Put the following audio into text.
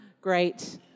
Great